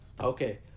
Okay